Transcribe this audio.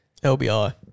LBI